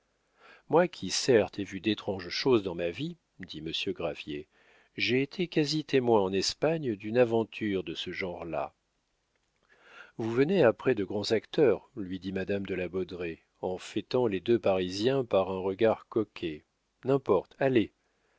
moi qui certes ai vu d'étranges choses dans ma vie dit monsieur gravier j'ai été quasi témoin en espagne d'une aventure de ce genre-là vous venez après de grands acteurs lui dit madame de la baudraye en fêtant les deux parisiens par un regard coquet n'importe allez